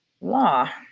law